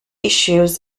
issues